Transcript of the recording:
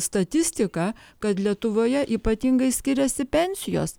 statistiką kad lietuvoje ypatingai skiriasi pensijos